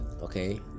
Okay